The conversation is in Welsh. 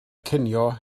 cinio